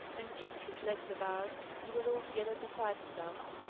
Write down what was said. and kicked his legs about, and was altogether beside himself.